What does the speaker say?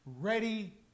ready